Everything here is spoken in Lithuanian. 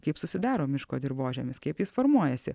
kaip susidaro miško dirvožemis kaip jis formuojasi